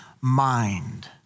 mind